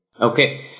Okay